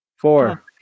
Four